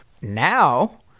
Now